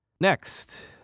Next